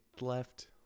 left